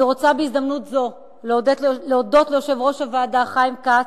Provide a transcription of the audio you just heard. אני רוצה בהזדמנות זו להודות ליושב-ראש הוועדה חיים כץ,